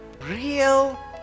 real